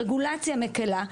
רגולציה מקלה,